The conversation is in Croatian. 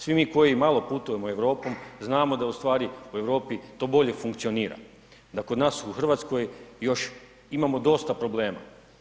Svi mi koji malo putujemo Europom znamo da u stvari u Europi to bolje funkcionira, da kod nas u RH još imamo dosta problema.